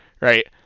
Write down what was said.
Right